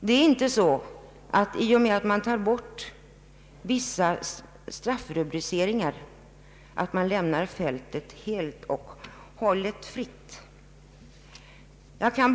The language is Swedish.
Det är inte så att man lämnar fältet helt fritt i och med att man tar bort vissa straffrubriceringar.